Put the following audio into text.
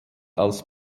als